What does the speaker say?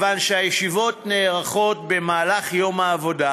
כיוון שהישיבות נערכות במהלך יום העבודה,